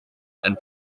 and